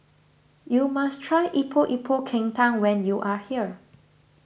you must try Epok Epok Kentang when you are here